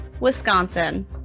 Wisconsin